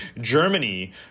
Germany